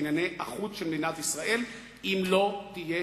לא יוכל לקדם את ענייני החוץ של מדינת ישראל אם לא תהיה